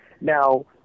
Now